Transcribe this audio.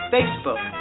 Facebook